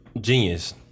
Genius